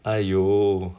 !aiyo!